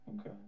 Okay